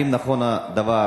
1. האם נכון הדבר?